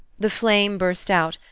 the flame burst out,